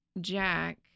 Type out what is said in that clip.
Jack